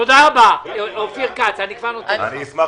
וגם אשמח